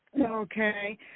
Okay